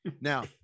Now